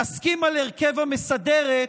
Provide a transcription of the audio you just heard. נסכים על הרכב המסדרת,